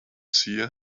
seer